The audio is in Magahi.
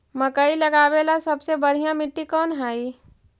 मकई लगावेला सबसे बढ़िया मिट्टी कौन हैइ?